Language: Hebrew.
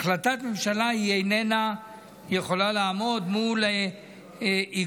החלטת ממשלה איננה יכולה לעמוד מול עיקול,